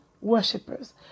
worshippers